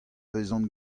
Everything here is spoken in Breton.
vezan